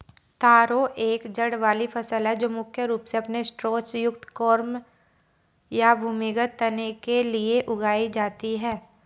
तारो एक जड़ वाली फसल है जो मुख्य रूप से अपने स्टार्च युक्त कॉर्म या भूमिगत तने के लिए उगाई जाती है